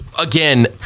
again